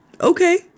okay